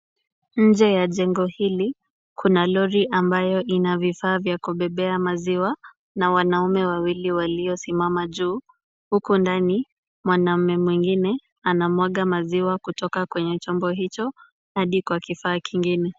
Nje ya jengo hili kuna lori ambayo ina vifaa vya kubebea maziwa na wanaume wawili waliosimama juu. Huku ndani mwanaume mwingine anamwaga maziwa kutoka kwa chombo hicho hadi kwa kifaa kingine.